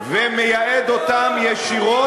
ומייעד אותן ישירות,